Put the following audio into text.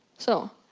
so,